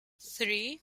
three